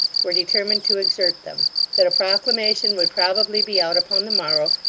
were determined to exert them that a proclamation would probably be out upon the morrow,